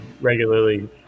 regularly